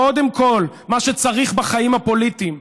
קודם כול, מה שצריך בחיים הפוליטיים: